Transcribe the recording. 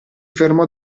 fermò